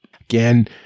Again